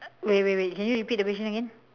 wait wait wait can you repeat the question again